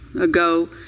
ago